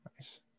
nice